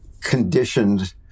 conditioned